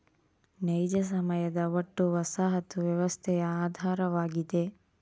ನೈಜ ಸಮಯದ ಒಟ್ಟು ವಸಾಹತು ವ್ಯವಸ್ಥೆಯ ಆಧಾರವಾಗಿದೆ